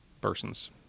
persons